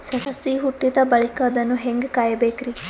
ಸಸಿ ಹುಟ್ಟಿದ ಬಳಿಕ ಅದನ್ನು ಹೇಂಗ ಕಾಯಬೇಕಿರಿ?